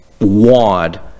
wad